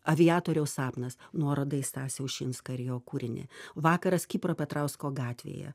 aviatoriaus sapnas nuoroda į stasį ušinską ir jo kūrinį vakaras kipro petrausko gatvėje